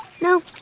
No